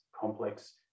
complex